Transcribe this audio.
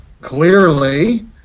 Clearly